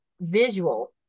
visual